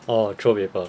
oh throw paper ah